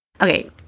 Okay